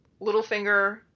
Littlefinger